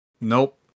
Nope